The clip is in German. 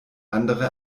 andere